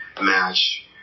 match